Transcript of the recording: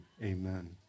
amen